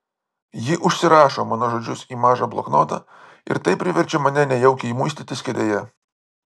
ji užsirašo mano žodžius į mažą bloknotą ir tai priverčia mane nejaukiai muistytis kėdėje